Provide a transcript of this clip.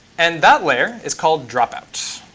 and that layer is called dropout.